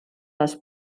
les